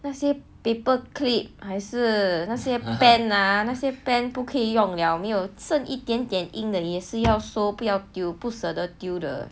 那些 paper clip 还是那些 pen lah 那些 pen 不可以用了没有剩一点点 ink 的也是要收不要丢不舍得丢的